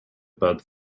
bid